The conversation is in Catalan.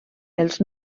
els